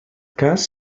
cas